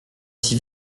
aussi